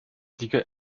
siege